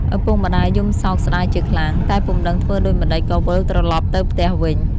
ឪពុកម្តាយយំសោកស្តាយជាខ្លាំង តែពុំដឹងធ្វើដូចម្តេច ក៏វិលត្រឡប់ទៅផ្ទះវិញ។